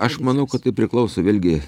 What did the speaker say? aš manau kad tai priklauso vėlgi